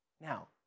Now